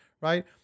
right